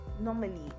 Normally